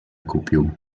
kupił